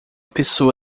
pessoa